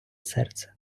серця